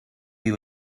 you